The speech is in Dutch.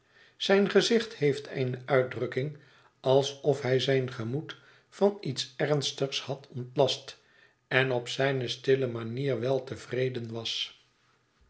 zijn gezicht heeft eene uitdrukking alsof hij zijn gemoed van iets ernstigs had ontlast en op zijne stille manier weltevreden was